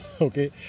Okay